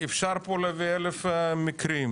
אפשר פה להביא אלף מקרים,